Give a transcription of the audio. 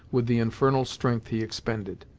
with the infernal strength he expended.